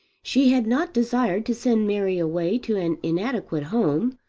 she had not desired to send mary away to an inadequate home,